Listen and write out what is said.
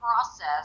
process